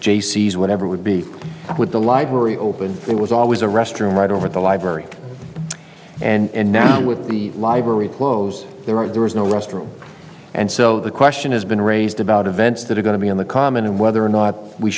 jaycee's whatever would be with the library open it was always a restroom right over the library and now with the library close there was no restroom and so the question has been raised about events that are going to be on the common and whether or not we